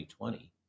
2020